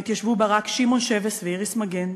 עת ישבו בה רק שמעון שבס ואיריס מגן.